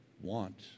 want